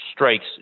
Strikes